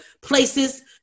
places